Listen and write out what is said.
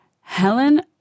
Helen